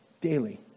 daily